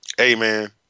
Amen